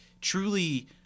truly